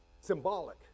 symbolic